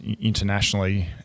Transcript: internationally